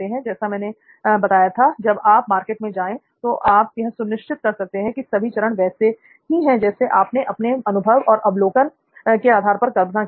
जैसा मैंने बताया था जब आप मार्केट में जाएं तो आप यह सुनिश्चित कर सकते हैं की सभी चरण वैसे ही हैं जैसे कि आपने अपने अनुभव और अवलोकन के आधार पर कल्पना की थी